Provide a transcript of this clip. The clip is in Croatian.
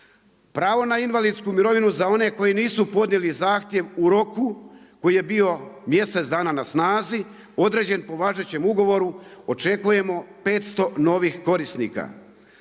Pravo na invalidsku mirovinu za one koji nisu podnijeli zahtjev u roku koji je bio mjesec dana na snazi određen po važećem ugovoru očekujemo 500 novih korisnika.